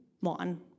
One